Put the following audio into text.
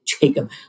Jacob